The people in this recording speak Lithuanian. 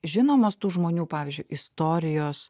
žinomos tų žmonių pavyzdžiui istorijos